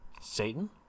Satan